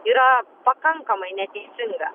yra pakankamai neteisinga